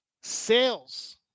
Sales